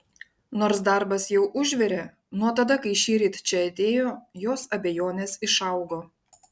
nors darbas jau užvirė nuo tada kai šįryt čia atėjo jos abejonės išaugo